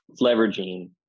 leveraging